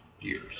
years